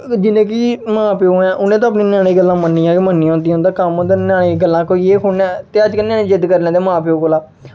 जि'यां कि मां प्योऽ ने उ'नें ते अपने ञ्यानें दियां गल्लां मन्नियां गै मन्नियां होंदियां न उं'दा कम्म होंदा ञ्यानें दियां गल्लां कोई एह् थोह्ड़े ना ते अज्ज कल ञ्यानें जिद्द करी लैंदे मां प्योऽ कोला